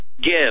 Give